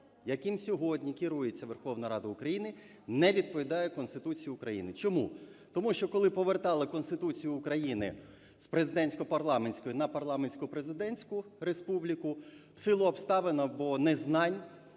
яким сьогодні керується Верховна Рада України, не відповідає Конституції України. Чому? Тому що, коли повертали Конституцію України з президентсько-парламентської на парламентсько-президентську республіку, в силу обставин або незнань